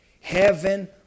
Heaven